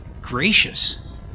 gracious